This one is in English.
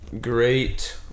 great